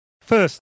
First